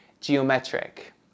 geometric